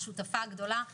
היא באמת שותפה גדולה לשדולה,